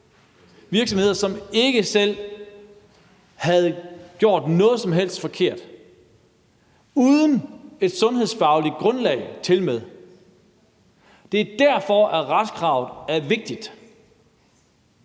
virksomheder, som ikke selv havde gjort noget som helst forkert, og tilmed uden et sundhedsfagligt grundlag. Det er derfor, at retskravet vigtigt.